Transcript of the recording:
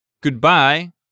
goodbye